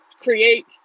create